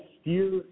steer